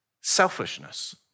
selfishness